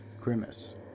Grimace